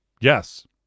yes